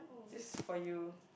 this for you